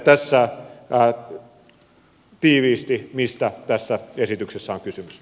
tässä tiiviisti mistä tässä esityksessä on kysymys